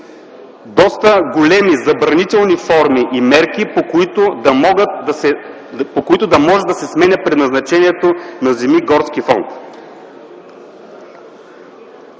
по-големи забранителни форми и мерки, по които да може да се сменя предназначението на земи от горски фонд.